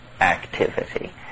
activity